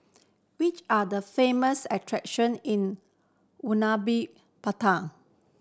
which are the famous attraction in